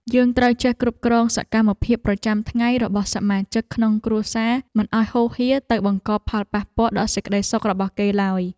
យើងត្រូវចេះគ្រប់គ្រងសកម្មភាពប្រចាំថ្ងៃរបស់សមាជិកក្នុងគ្រួសារមិនឱ្យហូរហៀរទៅបង្កផលប៉ះពាល់ដល់សេចក្តីសុខរបស់គេឡើយ។